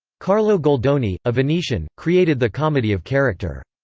carlo goldoni, a venetian, created the comedy of character.